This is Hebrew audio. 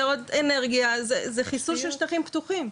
זה עוד אנרגיה, זה חיסול של שטחים פתוחים.